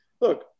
look